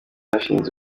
yashinze